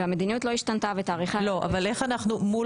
והמדיניות לא השתנתה- -- אבל איך מול